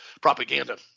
propaganda